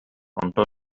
онтон